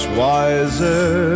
wiser